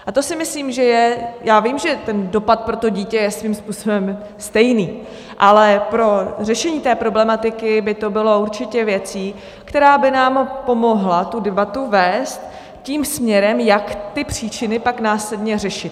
A to si myslím, že je já vím, že dopad pro to dítě je svým způsobem stejný, ale pro řešení té problematiky by to bylo určitě věcí, která by nám pomohla tu debatu vést tím směrem, jak ty příčiny pak následně řešit.